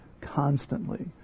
constantly